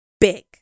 big